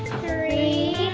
three,